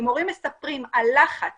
עם מורים מספרים על לחץ